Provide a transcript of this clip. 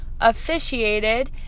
officiated